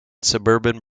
suburban